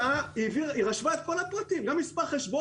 היא רשמה את כל הפרטים, גם את מספר החשבון.